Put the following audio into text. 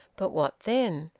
but what then?